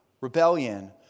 rebellion